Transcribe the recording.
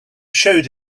showed